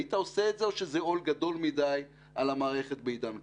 היית עושה את זה או שזה עול גדול מדי על המערכת בעידן כזה?